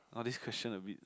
!wah! this question abit